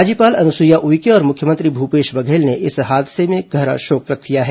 राज्यपाल अनुसुईया उइके और मुख्यमंत्री भूपेश बघेल ने इस हादसे पर गहरा शोक व्यक्त किया है